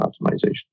optimization